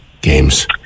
games